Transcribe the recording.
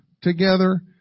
together